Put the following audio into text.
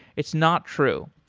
it's not true.